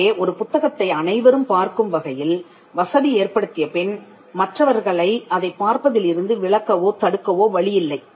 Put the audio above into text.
எனவே ஒரு புத்தகத்தை அனைவரும் பார்க்கும் வகையில் வசதி ஏற்படுத்திய பின் மற்றவர்களை அதைப் பார்ப்பதில் இருந்து விலக்கவோ தடுக்கவோ வழி இல்லை